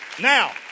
Now